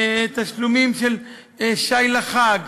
תשלומים של שי לחג.